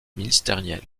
ministériels